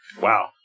Wow